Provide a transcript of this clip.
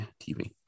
TV